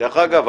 דרך אגב,